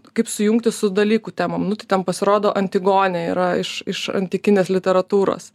kaip sujungti su dalykų temom nu tai ten pasirodo antigonė yra iš iš antikinės literatūros